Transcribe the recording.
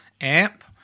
amp